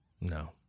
No